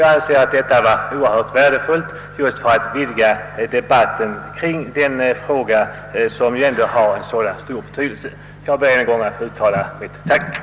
Jag anser detta vara oerhört värdefullt för att vidga debatten kring denna fråga, som har så stor betydelse. Jag ber än en gång få uttala mitt tack för svaret.